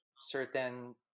certain